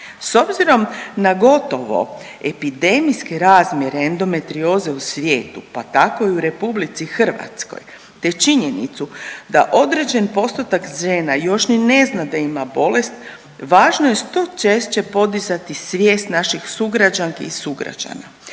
S obzirom na gotovo epidemijski razmjer endometrioze u svijetu pa tako i u RH te činjenicu da određeni postotak žena još ni ne zna da ima bolest, važno je što češće podizati svijest naših sugrađanki i sugrađana.